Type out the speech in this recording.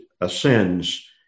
ascends